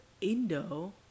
Indo